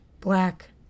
Black